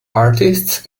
artists